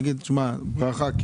היה צריך להגיד שברכה כן,